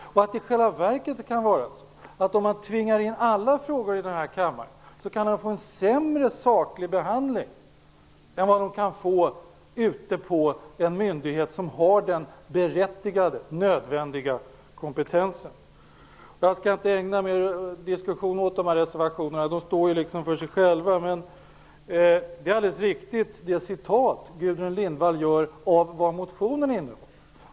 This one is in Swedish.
I själva verket kan det vara så att om man tvingar in alla frågor i den här kammaren kan de få en sämre saklig behandling än vad de kan få ute på en myndighet som har den nödvändiga kompetensen. Jag skall inte ägna mer diskussion åt de här reservationerna. De står liksom för sig själva. Det citat Gudrun Lindvall gör av vad motionen innehåller är alldeles riktigt.